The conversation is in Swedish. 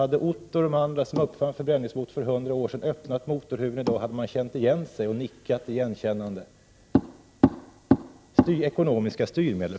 Hade Otto och de andra som uppfann förbränningsmotorn för hundra år sedan i dag öppnat motorhuven hade de känt igen sig och nickat igenkännande. Det saknas ekonomiska styrmedel.